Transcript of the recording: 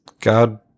God